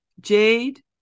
Jade